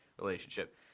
relationship